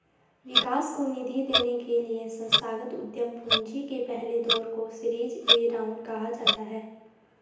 विकास को निधि देने के लिए संस्थागत उद्यम पूंजी के पहले दौर को सीरीज ए राउंड कहा जाता है